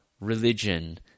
religion